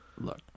look